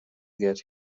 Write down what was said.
get